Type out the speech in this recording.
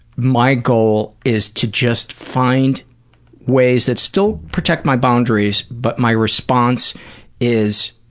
my goal is to just find ways that still protect my boundaries but my response is,